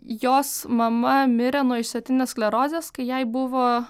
jos mama mirė nuo išsėtinės sklerozės kai jai buvo